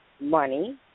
money